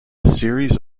series